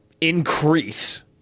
increase